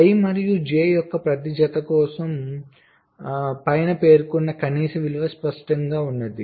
i మరియు j యొక్క ప్రతి జత కోసం పేర్కొన్న కనీస విలువ స్పష్టంగా ఉంది